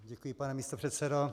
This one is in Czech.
Děkuji, pane místopředsedo.